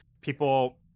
People